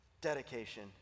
dedication